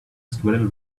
squirrel